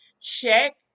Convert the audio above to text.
Check